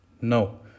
No